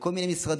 לכל מיני משרדים.